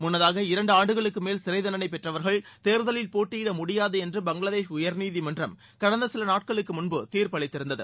முன்னதாக இரண்டு ஆண்டுகளுக்குமேல் சிறை தண்டனை பெற்றவர்கள் தேர்தலில் போட்டியிட முடியாது என்று பங்களாதேஷ் உயர்நீதிமன்றம் கடந்த சில நாட்களுக்கு முன்பு தீர்ப்பளித்திருந்தது